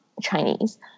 Chinese